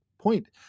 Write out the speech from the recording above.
point